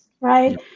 right